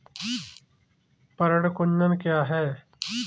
पर्ण कुंचन क्या है?